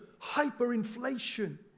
hyperinflation